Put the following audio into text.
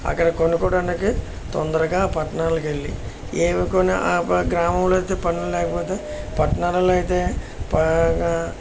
అక్కడ కొనుకోవడానికి తొందరగా పట్నాలకి వెళ్ళి ఏవి కొన్ని ఆ గ్రామంలో పనులు లేకపోతే పట్టాణాలలో అయితే పాగాా